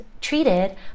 treated